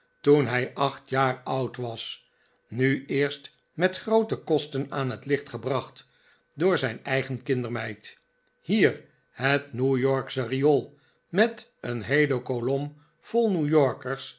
toen hij acht jaar oud was nu eerst met groote kosten aan het licht gebracht door zijn eigen kindermeid hier het new yorksche riool met een heele kolom vol